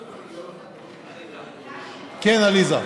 כן, עליזה.